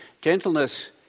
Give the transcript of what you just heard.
Gentleness